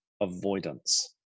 avoidance